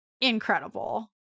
incredible